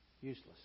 useless